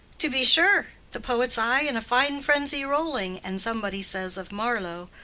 to be sure the poet's eye in a fine frenzy rolling and somebody says of marlowe,